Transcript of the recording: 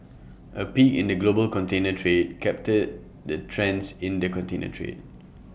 A peek in the global container trade captured the trends in the container trade